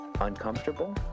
uncomfortable